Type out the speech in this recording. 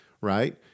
right